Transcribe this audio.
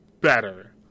better